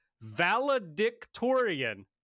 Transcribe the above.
valedictorian